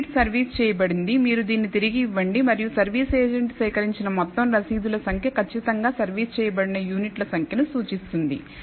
unit service చేయబడింది మీరు దీన్ని తిరిగి ఇవ్వండి మరియు సర్వీస్ ఏజెంట్ సేకరించిన మొత్తం రశీదుల సంఖ్య ఖచ్చితంగా సర్వీస్ చేయబడిన యూనిట్ల సంఖ్యను సూచిస్తుంది